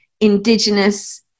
indigenous